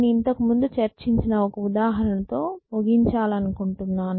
నేను ఇంతకుముందు చర్చించిన ఒక ఉదాహరణతో ముగించాలనుకుంటున్నాను